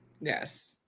Yes